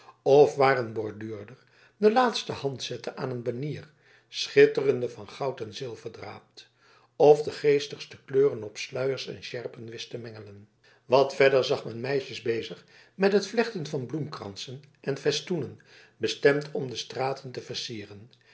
of waar een borduurder de laatste hand zette aan een banier schitterende van goud en zilverdraad of de geestigste kleuren op sluiers en sjerpen wist te mengelen wat verder zag men meisjes bezig met het vlechten van bloemkransen en festoenen bestemd om de straten te versieren